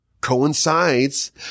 coincides